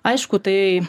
aišku tai